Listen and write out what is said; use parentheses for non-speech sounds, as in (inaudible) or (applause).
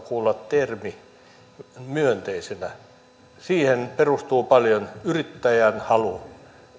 (unintelligible) kuulla termi opposition taholta myönteisenä siihen perustuu paljolti yrittäjän halu